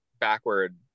backward